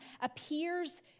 appears